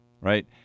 right